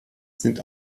sind